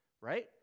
right